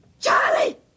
Charlie